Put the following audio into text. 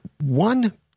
one